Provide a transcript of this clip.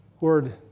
Lord